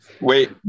wait